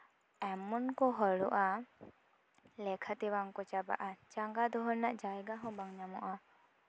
ᱮᱢᱚᱱ ᱠᱚ ᱦᱚᱲᱚᱜᱼᱟ ᱞᱮᱠᱷᱟᱛᱮ ᱵᱟᱝᱠᱚ ᱪᱟᱵᱟᱜᱼᱟ ᱡᱟᱝᱜᱟ ᱫᱚᱦᱚ ᱨᱮᱱᱟᱜ ᱡᱟᱭᱜᱟ ᱦᱚᱸ ᱵᱟᱝ ᱧᱟᱢᱚᱜᱼᱟ